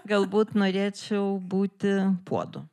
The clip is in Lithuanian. galbūt norėčiau būti puodu